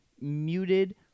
muted